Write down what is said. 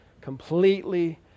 completely